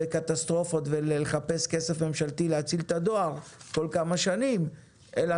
וקטסטרופות ולחפש כסף ממשלתי כדי להציל את הדואר בכל כמה שנים אלא